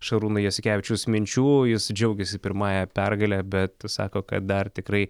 šarūno jasikevičiaus minčių jis džiaugiasi pirmąja pergale bet sako kad dar tikrai